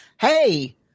hey